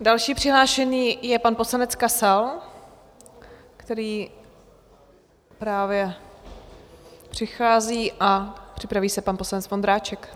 Další přihlášený je pan poslanec Kasal, který právě přichází, a připraví se pan poslanec Vondráček.